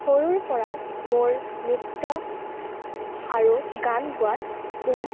সৰুৰ পৰাই মোৰ নৃত্য আৰু গান গোৱাত বহুত